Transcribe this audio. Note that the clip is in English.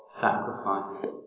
sacrifice